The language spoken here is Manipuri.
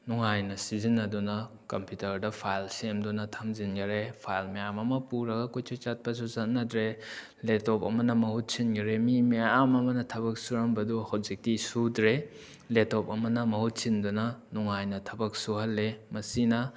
ꯅꯨꯡꯉꯥꯏꯅ ꯁꯤꯖꯤꯟꯅꯗꯨꯅ ꯀꯝꯄ꯭ꯌꯨꯇꯔꯗ ꯐꯥꯏꯜ ꯁꯦꯝꯗꯨꯅ ꯊꯝꯖꯤꯟꯈꯔꯦ ꯐꯥꯏꯜ ꯃꯌꯥꯝ ꯑꯃ ꯄꯨꯔꯒ ꯀꯣꯏꯆꯠ ꯆꯠꯄꯁꯨ ꯆꯠꯅꯗ꯭ꯔꯦ ꯂꯦꯞꯇꯣꯞ ꯑꯃꯅ ꯃꯍꯨꯠ ꯁꯤꯟꯈꯔꯦ ꯃꯤ ꯃꯌꯥꯝ ꯑꯃꯅ ꯊꯕꯛ ꯁꯨꯔꯝꯕꯗꯨ ꯍꯧꯖꯤꯛꯇꯤ ꯁꯨꯗ꯭ꯔꯦ ꯂꯦꯞꯇꯣꯞ ꯑꯃꯅ ꯃꯍꯨꯠ ꯁꯤꯟꯗꯨꯅ ꯅꯨꯡꯉꯥꯏꯅ ꯊꯕꯛ ꯁꯨꯍꯜꯂꯦ ꯃꯁꯤꯅ